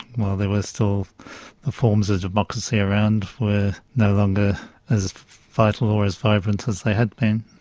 while there were still the forms of democracy around, were no longer as vital or as vibrant as they had been.